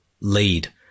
lead